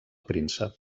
príncep